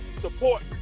Support